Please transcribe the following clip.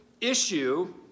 issue